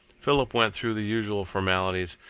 philip went through the usual formalities,